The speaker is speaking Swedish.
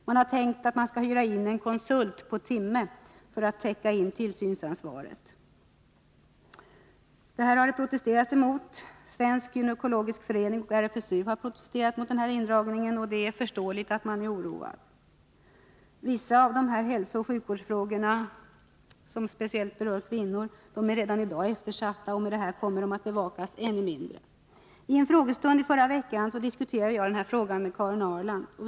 Man har tänkt att man i stället skall hyra in en konsult med timtjänstgöring för att täcka tillsynsansvaret. Det har framförts protester emot detta. Svensk gynekologisk förening och RFSU har protesterat mot indragningen. Det är förståeligt att man är oroad. Vissa av de hälsooch sjukvårdsfrågor som berör speciellt kvinnorna är redan i dag eftersatta, och med detta kommer de att bevakas ännu mindre. I en frågestund förra veckan diskuterade jag denna fråga med Karin Ahrland.